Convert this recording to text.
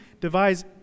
devise